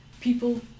people